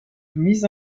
mis